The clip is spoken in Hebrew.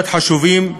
מאוד חשובים,